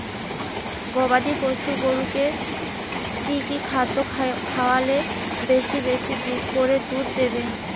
গবাদি পশু গরুকে কী কী খাদ্য খাওয়ালে বেশী বেশী করে দুধ দিবে?